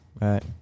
Right